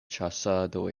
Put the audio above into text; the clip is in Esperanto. ĉasado